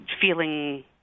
feeling